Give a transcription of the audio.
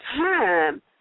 time